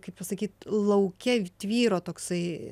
kaip pasakyt lauke tvyro toksai